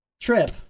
Trip